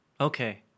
Okay